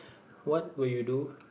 what will you do